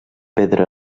pedra